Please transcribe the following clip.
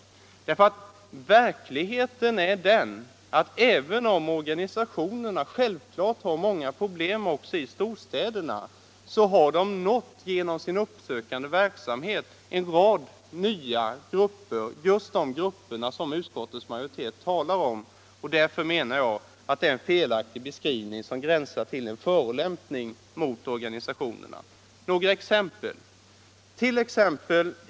Verkligheten är den att även om organisationerna naturligtvis har många problem också i storstäderna har de genom sin uppsökande verksamhet nått en rad nya grupper, just dem som utskottets majoritet talar om. Därför menar jag att beskrivningen är felaktig och gränsar till en förolämpning mot organisationerna. Några exempel.